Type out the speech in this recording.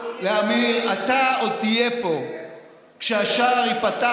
לאמיר: אתה עוד תהיה פה כשהשער ייפתח